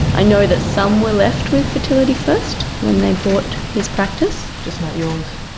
i know that some were left with fertility first when they bought his practice. just not yours?